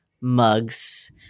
mugs